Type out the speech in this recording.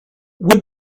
would